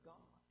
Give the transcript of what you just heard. God